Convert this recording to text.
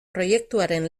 proiektuaren